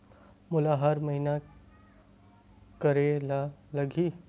मोला हर महीना करे ल लगही?